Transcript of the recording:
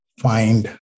find